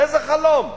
איזה חלום?